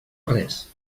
res